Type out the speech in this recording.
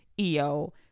EO